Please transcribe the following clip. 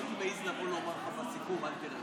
אם היית בסיכום לא הייתי מעז לבוא ולומר לך בסיכום: אל תרד.